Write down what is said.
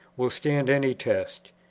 will stand any test.